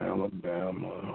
Alabama